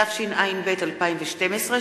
התשע”ב 2012,